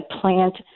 plant